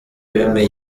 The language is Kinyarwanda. bimwe